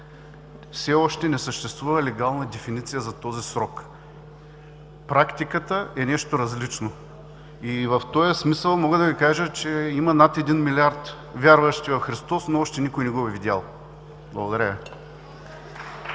все още не съществува легална дефиниция за този срок. Практиката е нещо различно. И в този смисъл мога да Ви кажа, че има над 1 милиард вярващи в Христос, но още никой не го е видял. Благодаря